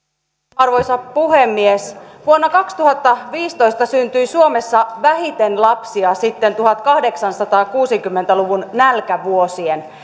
arvoisa puhemies vuonna kaksituhattaviisitoista syntyi suomessa vähiten lapsia sitten tuhatkahdeksansataakuusikymmentä luvun nälkävuosien